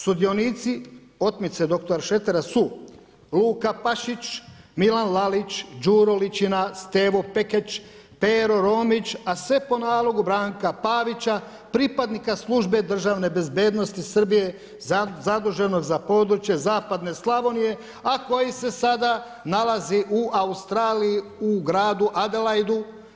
Sudionici otmice dr. Šretera su: Luka Pašić, Milan Lalić, Đuro Ličina, Stevo Pekeč, Pero Romić a sve po nalogu Branka Pavića pripadnika Službe državne bezbednosti Srbije zaduženog za područje zapadne Slavonije a koji se sada nalazi u Australiji u gradu Adelaidu.